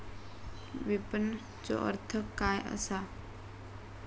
विपणनचो अर्थ काय असा?